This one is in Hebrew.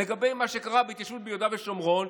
לגבי מה שקרה בהתיישבות ביהודה ושומרון,